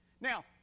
Now